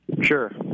Sure